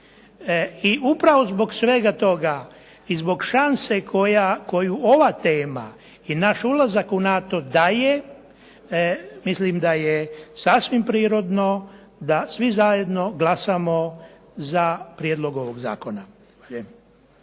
I upravo zbog svega toga i zbog šanse koju ova tema i naš ulazak u NATO daje, mislim da je sasvim prirodno da svi zajedno glasamo za prijedlog ovog zakona.